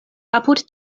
apud